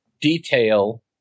detail